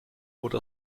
wurde